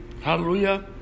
Hallelujah